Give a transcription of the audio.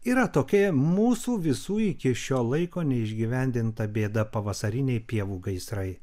yra tokie mūsų visų iki šio laiko neišgyvendinta bėda pavasariniai pievų gaisrai